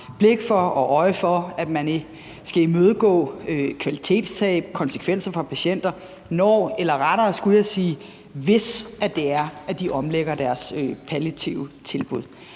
blik for og øje for, at man skal imødegå kvalitetstab og konsekvenser for patienter, når, eller jeg skulle rettere sige, hvisde omlægger deres palliative tilbud.